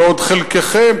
ועוד חלקכם,